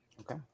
Okay